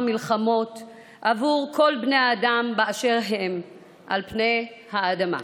מלחמות עבור כל בני האדם באשר הם על פני האדמה.